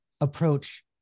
approach